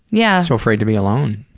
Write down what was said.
yeah. so afraid to be alone.